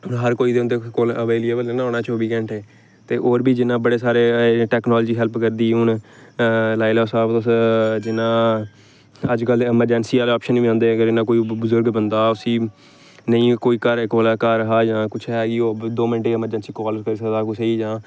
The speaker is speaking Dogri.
हून हर कोई ते उं'दे कोल अवेलेबल निं होना चौबी घैंटे ते होर बी जियां बड़े सारे टैकनालजी हैल्प करदी हून लाई लैओ स्हाब तुस जियां अज्ज कल अमरजैंसी आह्ले आप्शन बी औंदी अगर इ'यां कोई बजुर्ग बंदा उसी नेईं कोई घरै कोल घर हा जां कुछ ऐ दो मैंट्ट च अमरजैंसी काल करी सकदा कुसै गी जां